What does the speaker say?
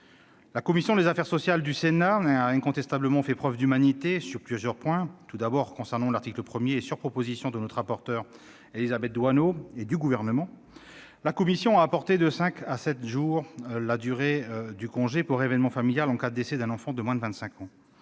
La commission des affaires sociales du Sénat a incontestablement fait preuve d'humanité sur plusieurs points. Tout d'abord, concernant l'article 1, la commission, sur proposition de notre rapporteure Élisabeth Doineau et du Gouvernement, a porté de cinq à sept jours la durée du congé pour événement familial en cas de décès d'un enfant de moins de 25 ans.